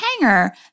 hanger